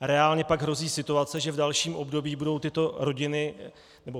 Reálně pak hrozí situace, že v dalším období budou tyto rodiny,